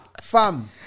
fam